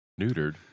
Neutered